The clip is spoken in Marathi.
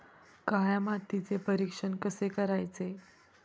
काळ्या मातीचे परीक्षण कसे करायचे?